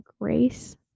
grace